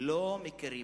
לא מכירות,